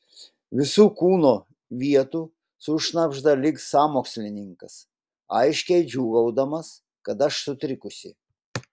visų kūno vietų sušnabžda lyg sąmokslininkas aiškiai džiūgaudamas kad aš sutrikusi